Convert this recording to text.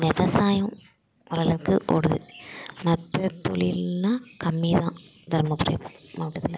விவசாயம் ஓரளவுக்கு ஓடுது மற்ற தொழிலெலாம் கம்மிதான் தருமபுரி மாவட்டத்தில்